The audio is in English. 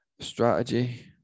strategy